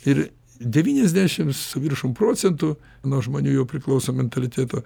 ir devyniasdešims su viršum procentų nuo žmonių jau priklauso mentaliteto